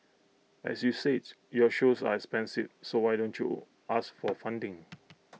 as you says your shows are expensive so why don't you ask for funding